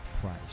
price